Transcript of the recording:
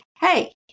hey